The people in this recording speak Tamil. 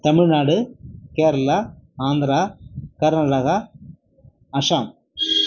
தமிழ்நாடு கேரளா ஆந்திரா கர்நாடகா அஷாம்